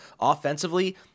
offensively